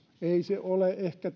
ei se ole ehkä